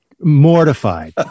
mortified